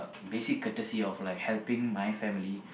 basic courtesy of like helping my family